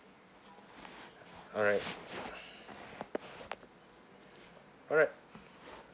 alright alright